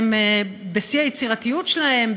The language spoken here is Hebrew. הם בשיא היצירתיות שלהם,